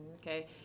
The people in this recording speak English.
Okay